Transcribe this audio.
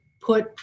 put